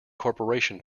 corporation